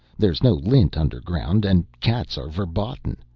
there's no lint underground and cats are verboten.